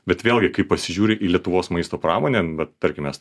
bet vėlgi kai pasižiūri į lietuvos maisto pramonę va tarkim mes